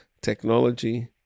technology